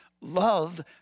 Love